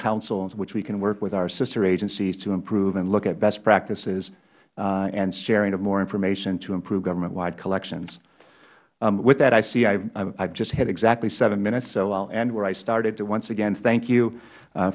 council with which we can work with our sister agencies to improve and look at best practices and sharing of more information to improve government wide collections with that i see i have just hit exactly seven minutes so i will end where i started to once again thank you